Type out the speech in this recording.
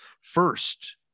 First